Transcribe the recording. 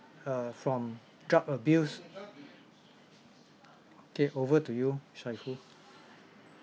uh from drug abuse okay over to you shaiful